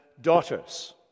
daughters